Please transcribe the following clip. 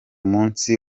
munsi